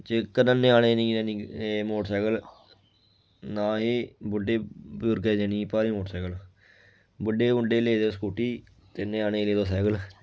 जे कन्नै ञ्यानें नि देनी एह् मोटरसैकल ना एह् बुड्ढे बजुर्गें गी देनी भारी मोटरसैकल बुड्ढे बुड्ढे लेदे स्कूटी ते ञ्यानें गी लेई देओ सैकल